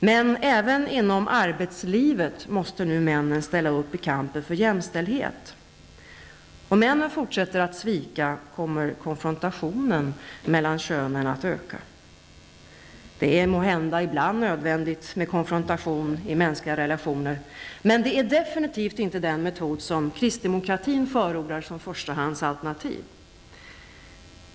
Men även inom arbetslivet måste nu männen ställa upp i kampen för jämställdhet. Om männen fortsätter att svika, kommer konfrontationen mellan könen att öka. Det är måhända ibland nödvändigt med konfrontation i mänskliga relationer. Men det är definitivt inte en metod som kristdemokratin förordar som förstahandsalternativ.